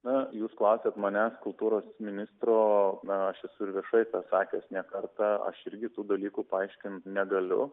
na jūs klausiat manęs kultūros ministro na aš esu ir viešai pasakęs ne kartą aš irgi tų dalykų paaiškint negaliu